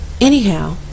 Anyhow